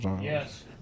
Yes